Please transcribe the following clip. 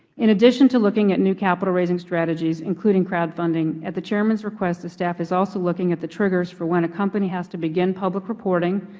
in addition to looking at new capital raising strategies, including crowdfunding, at the chairman's request the staff is also looking at the triggers for when a company has to begin public reporting,